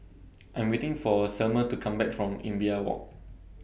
I'm waiting For Selmer to Come Back from Imbiah Walk